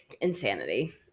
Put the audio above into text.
insanity